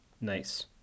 Nice